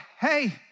hey